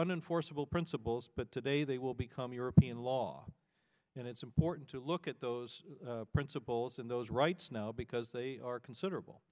unenforceable principles but today they will become european law and it's important to look at those principles and those rights now because they are considerable